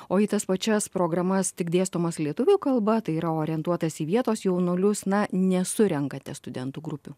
o į tas pačias programas tik dėstomas lietuvių kalba tai yra orientuotas į vietos jaunuolius na nesurenkate studentų grupių